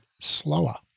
slower